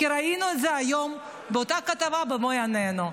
ראינו את זה היום באותה כתבה במו עינינו.